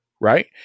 Right